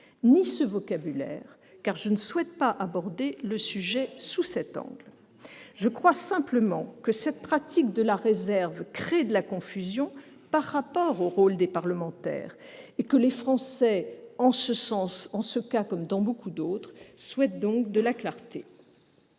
ni ce vocabulaire, car je ne souhaite pas aborder le sujet sous cet angle. Très bien ! Très bien ! Je crois simplement que cette pratique de la réserve crée de la confusion par rapport au rôle des parlementaires et que les Français souhaitent en cela, comme dans beaucoup d'autres domaines, de la clarté.